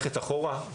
בבקשה.